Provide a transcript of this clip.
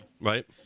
Right